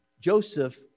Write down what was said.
Joseph